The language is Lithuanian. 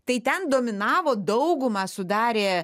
tai ten dominavo daugumą sudarė